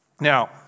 Now